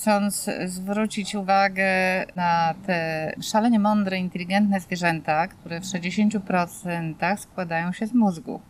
chcąc zwrócić uwagę na te szalenie mądre, inteligentne zwierzęta, które w 60% składają się z mózgu.